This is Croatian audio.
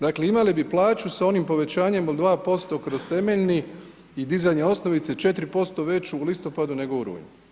Dakle imali bi plaću s onim povećanjem od 2% kroz temeljni i dizanje osnovice, 4% veću u listopadu nego u rujnu.